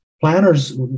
planners